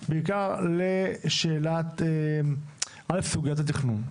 אבל בעיקר לשאלת א', סוגיית התכנון.